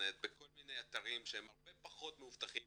באינטרנט בכל מיני אתרים שהם הרבה פחות מאובטחים